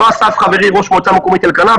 לא אסף חברי ראש מועצה מקומית אלקנה,